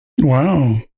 Wow